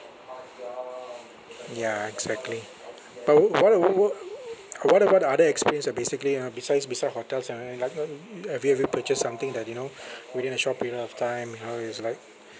ya exactly but what uh uh wha~ what about the other experience ah basically ah besides beside hotels like have you ever purchased something that you know within a short period of time how it's like